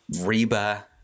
Reba